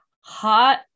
Hot